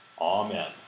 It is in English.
Amen